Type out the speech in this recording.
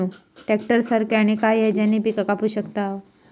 Tractor सारखा आणि काय हा ज्याने पीका कापू शकताव?